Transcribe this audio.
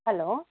hello